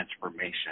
transformation